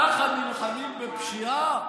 ככה נלחמים בפשיעה?